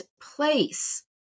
place